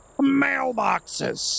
mailboxes